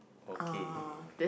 okay